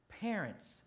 parents